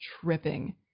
tripping